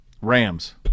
Rams